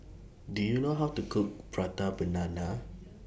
Do YOU know How to Cook Prata Banana